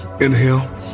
Inhale